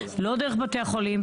לא דרך בתי החולים,